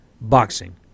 boxing